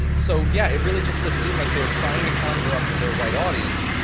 and so yeah, it really just seemed like they're trying to conjure up for their white audience.